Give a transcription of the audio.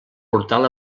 portal